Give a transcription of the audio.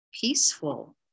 peaceful